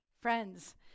Friends